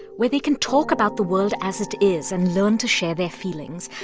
where they can talk about the world as it is and learn to share their feelings,